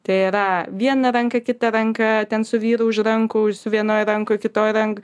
tai yra vieną ranką kitą ranką ten su vyru už rankų su vienoj rankoj kitoj rank